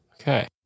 okay